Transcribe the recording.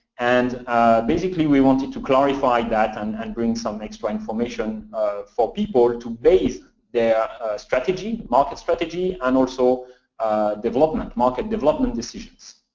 and basically we wanted to clarify that and and bring some extra information for people to base their strategy, market strategy, and also development, market development decisions.